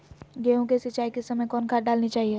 गेंहू के सिंचाई के समय कौन खाद डालनी चाइये?